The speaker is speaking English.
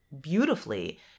beautifully